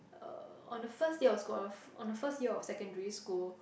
uh on the first day of school of on her first year of secondary school